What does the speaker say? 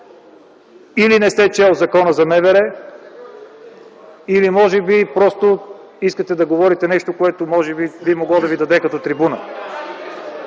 или не сте чел Закона за МВР, или може би просто искате да говорите нещо, което би могло да Ви се даде като трибуна.